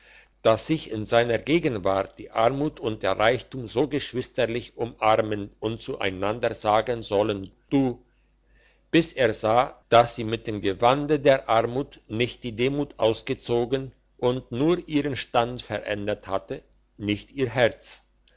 dass sich in seiner gegenwart die armut und der reichtum so geschwisterlich umarmen und zueinander sagen sollen du bis er sah dass sie mit dem gewande der armut nicht die demut ausgezogen und nur ihren stand verändert hatte nicht ihr herz